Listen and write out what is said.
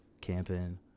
camping